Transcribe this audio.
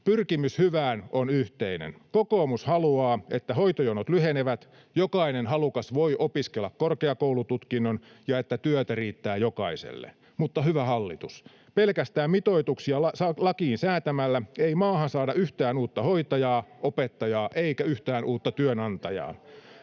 Pyrkimys hyvään on yhteinen. Kokoomus haluaa, että hoitojonot lyhenevät, että jokainen halukas voi opiskella korkeakoulututkinnon ja että työtä riittää jokaiselle, mutta hyvä hallitus, pelkästään mitoituksia lakiin säätämällä ei maahan saada yhtään uutta hoitajaa, opettajaa eikä yhtään uutta työnantajaa.